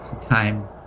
Time